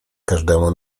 każdemu